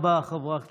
תודה רבה, חברת